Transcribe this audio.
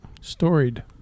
storied